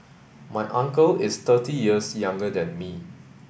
my uncle is thirty years younger than me